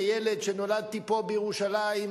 כילד שנולדתי פה בירושלים,